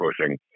pushing